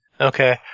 Okay